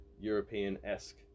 European-esque